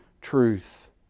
truth